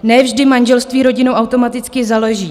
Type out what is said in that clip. Ne vždy manželství rodinu automaticky založí.